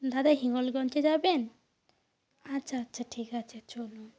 দাদা হিঙ্গলগঞ্জে যাবেন আচ্ছা আচ্ছা ঠিক আছে চলুন